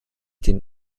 den